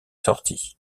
sortie